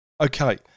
Okay